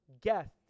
guest